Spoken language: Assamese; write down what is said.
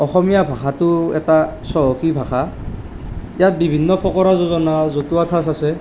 অসমীয়া ভাষাটো এটা চহকী ভাষা ইয়াত বিভিন্ন ফকৰা যোজনা আৰু জতুৱা ঠাঁচ আছে